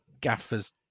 gaffer's